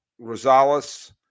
Rosales